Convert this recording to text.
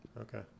Okay